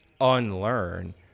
unlearn